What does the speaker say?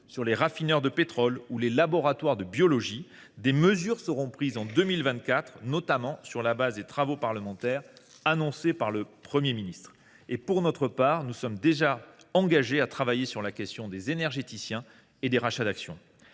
les raffineurs de pétrole ou les laboratoires de biologie, des mesures seront prises en 2024, notamment sur la base des travaux des parlementaires, comme le Premier ministre l’a annoncé. Nous nous sommes d’ores et déjà engagés à travailler sur la question des énergéticiens et des rachats d’actions.